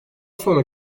sonra